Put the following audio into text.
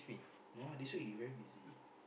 no ah this week he very busy